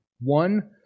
One